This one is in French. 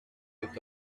est